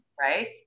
right